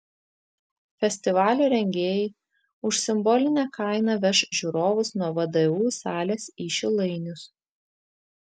festivalio rengėjai už simbolinę kainą veš žiūrovus nuo vdu salės į šilainius